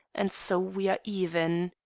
and so we are even.